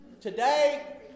Today